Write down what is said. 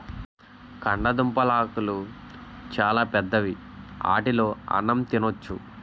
కందదుంపలాకులు చాలా పెద్దవి ఆటిలో అన్నం తినొచ్చు